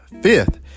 fifth